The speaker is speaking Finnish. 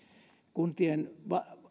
kuntien